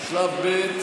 שלב ב',